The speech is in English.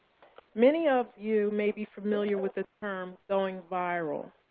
many of you may be familiar with this term-going viral.